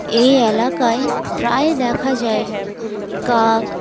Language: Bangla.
এই এলাকায় প্রায় দেখা যায় কাক